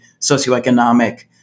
socioeconomic